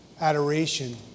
adoration